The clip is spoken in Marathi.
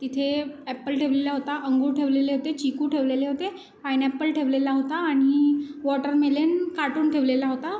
तिथे ॲपल ठेवलेला होता अंगूर ठेवलेले होते चिकू ठेवलेले होते पायनॅपल ठेवलेला होता आणि वॉटरमेलन काटून ठेवलेला होता